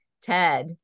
Ted